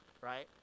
right